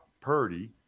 Purdy